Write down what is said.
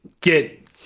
get